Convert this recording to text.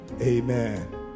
Amen